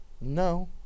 no